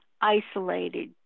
isolated